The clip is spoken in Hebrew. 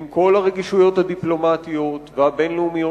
עם כל הרגישויות הדיפלומטיות והבין-לאומיות,